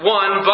one